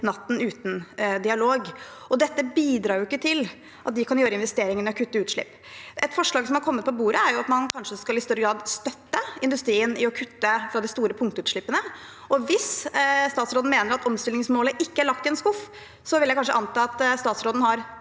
natten, uten dialog. Dette bidrar jo ikke til at de kan gjøre investeringer og kutte utslipp. Et forslag som har kommet på bordet, er at man kanskje i større grad skal støtte industrien i kutt i de store punktutslippene. Hvis statsråden mener at omstillingsmålene ikke er lagt i en skuff, vil jeg kanskje anta at han har